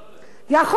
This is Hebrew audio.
יכול להיות שתשכיל,